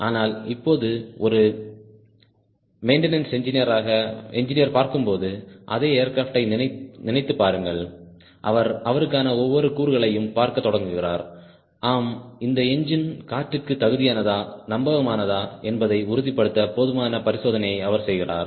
ஆனால் இப்போது ஒரு மைண்டெனன்ஸ் என்ஜினீயர் பார்க்கும்போது அதே ஏர்கிராப்ட் யை நினைத்துப் பாருங்கள் அவர் அவருக்கான ஒவ்வொரு கூறுகளையும் பார்க்கத் தொடங்குகிறார் ஆம் இந்த என்ஜின் காற்றுக்கு தகுதியானதா நம்பகமானதா என்பதை உறுதிப்படுத்த போதுமான பரிசோதனையை அவர் செய்கிறார்